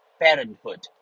parenthood